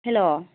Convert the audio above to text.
hello